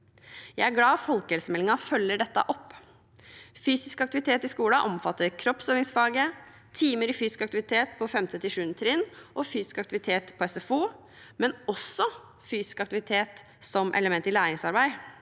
Jeg er glad for at folkehelsemeldingen følger dette opp. Fysisk aktivitet i skolen omfatter kroppsøvingsfaget, timer i fysisk aktivitet på 5. til 7. trinn og fysiske aktiviteter på SFO, men også fysisk aktivitet som et element i læringsarbeidet.